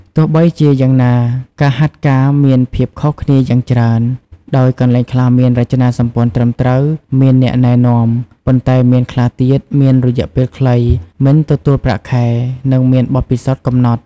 ទោះបីជាយ៉ាងណា ការហាត់ការមានភាពខុសគ្នាយ៉ាងច្រើន ដោយកន្លែងខ្លះមានរចនាសម្ព័ន្ធត្រឹមត្រូវ មានអ្នកណែនាំ ប៉ុន្តែមានខ្លះទៀតមានរយៈពេលខ្លី មិនទទួលប្រាក់ខែ និងមានបទពិសោធន៍កំណត់។